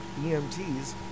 EMTs